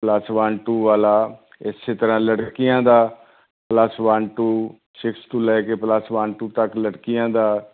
plus one two ਵਾਲਾ ਇਸੇ ਤਰਾਂ ਲੜਕੀਆਂ ਦਾ ਪਲੱਸ ਵਨ ਟੂ ਸਿਕਸ ਤੋਂ ਲੈ ਕੇ ਪਲੱਸ ਵਨ ਟੂ ਤੱਕ ਲੜਕੀਆਂ ਦਾ